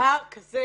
פער שהוא